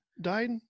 died